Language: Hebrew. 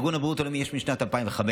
ארגון הבריאות העולמי הן משנת 2005,